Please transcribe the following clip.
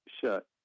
shut